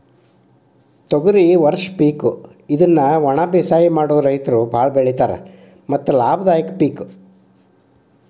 ತೊಗರಿ ವರ್ಷ ಪಿಕ್ ಇದ್ನಾ ವನಬೇಸಾಯ ಮಾಡು ರೈತರು ಬಾಳ ಬೆಳಿತಾರ ಮತ್ತ ಲಾಭದಾಯಕ ಪಿಕ್